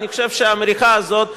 אני חושב שהמריחה הזאת נגמרה.